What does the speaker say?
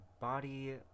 body